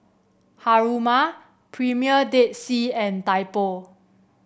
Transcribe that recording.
Haruma Premier Dead Sea and Typo